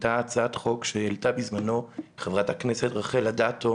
הייתה הצעת חוק שהעלתה בזמנו חברת הכנסת רחל אדטו,